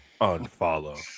unfollow